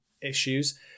issues